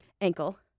ankle